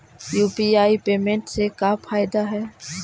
UPI payment से का फायदा है?